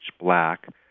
black